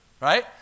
Right